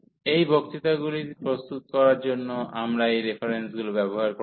এই বক্তৃতাগুলি প্রস্তুত করার জন্য আমরা এই রেফারেন্সগুলো ব্যবহার করেছি